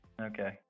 Okay